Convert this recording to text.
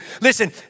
Listen